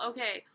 Okay